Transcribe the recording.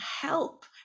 help